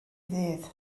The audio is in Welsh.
ddydd